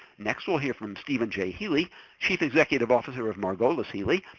next we'll hear from steven j. healy chief executive officer of margolis healy,